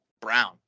brown